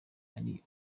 ari